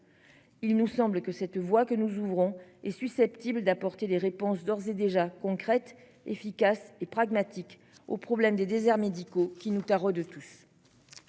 Il nous semble que cette voie que nous ouvrons est susceptible d'apporter des réponses d'ores et déjà concrètes efficace et pragmatique au problème des déserts médicaux qui nous taraude tous.